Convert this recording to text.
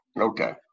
Okay